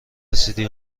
رسیدی